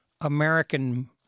American